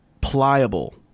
pliable